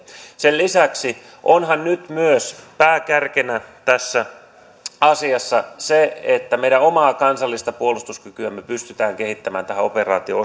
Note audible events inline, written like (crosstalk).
sen lisäksi onhan nyt myös pääkärkenä tässä asiassa se että meidän omaa kansallista puolustuskykyämme pystytään kehittämään tähän operaatioon (unintelligible)